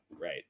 Right